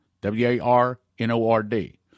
W-A-R-N-O-R-D